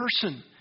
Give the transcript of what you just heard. person